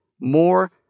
more